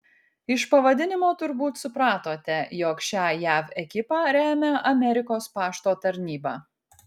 iš pavadinimo turbūt supratote jog šią jav ekipą remia amerikos pašto tarnyba